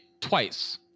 twice